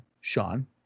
Sean